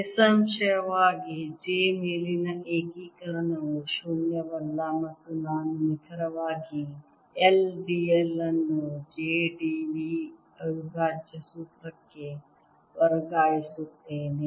ನಿಸ್ಸಂಶಯವಾಗಿ j ಮೇಲಿನ ಏಕೀಕರಣವು ಶೂನ್ಯವಲ್ಲ ಮತ್ತು ನಾನು ನಿಖರವಾಗಿ I d l ಅನ್ನು j d v ಅವಿಭಾಜ್ಯ ಸೂತ್ರಕ್ಕೆ ವರ್ಗಾಯಿಸುತ್ತೇನೆ